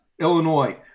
Illinois